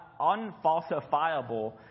unfalsifiable